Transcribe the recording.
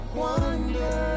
wonder